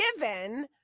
given